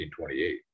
1928